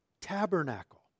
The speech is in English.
tabernacle